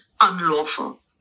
unlawful